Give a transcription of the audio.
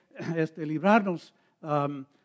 librarnos